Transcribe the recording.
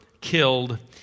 killed